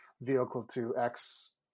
vehicle-to-X